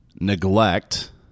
neglect